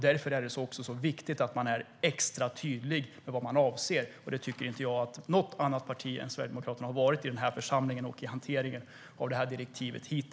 Därför är det viktigt att man är extra tydlig med vad man avser. Det tycker jag inte att något annat parti än Sverigedemokraterna hittills har varit i den här församlingen och i hanteringen av direktivet.